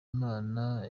imana